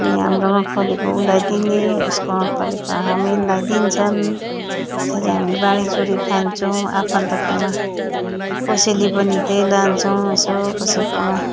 अनि हाम्रोमा फलेको उसलाई दिने उसकोमा फलेको हामीलाई दिन्छन् यसरी हामी बाँडीचुँडी खान्छौँ आफन्तकोमा कोसेली पनि त्यही लान्छौँ यसो कसैकोमा